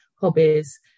hobbies